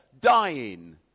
dying